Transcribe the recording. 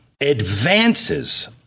advances